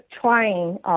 trying